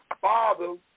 father